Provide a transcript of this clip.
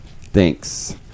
Thanks